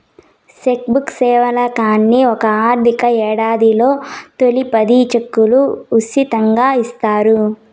check book సేవలకని ఒక ఆర్థిక యేడాదిలో తొలి పది సెక్కులు ఉసితంగా ఇస్తున్నారు